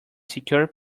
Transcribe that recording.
secure